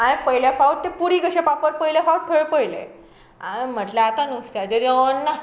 हांयें पयले फावट ते पुडी कशे पापड पयले फावट थंय पयले म्हटले आतां नुस्त्याचे जेवण ना हें